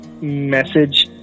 message